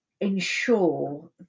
ensure